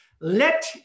Let